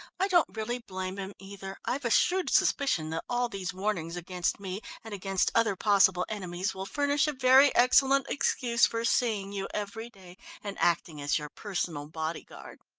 i don't really blame him, either. i've a shrewd suspicion that all these warnings against me and against other possible enemies will furnish a very excellent excuse for seeing you every day and acting as your personal bodyguard!